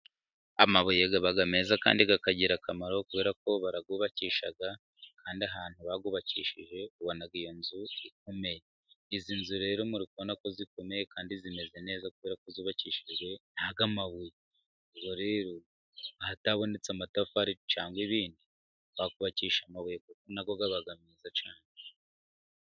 Amabuye aba meza kandi akagira akamaro, kubera ko barayubakisha kandi ahantu bayubakishije ubona iyo nzu ikomeye, izi nzu rero muri kubona ko zikomeye kandi zimeze neza kubera ko zubakishijwe n'aya mabuye, ubwo rero ahatabonetse amatafari cyangwa ibindi, wakubakisha amabuye kuko na yo aba meza cyane.